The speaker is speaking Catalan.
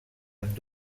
amb